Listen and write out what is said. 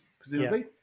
presumably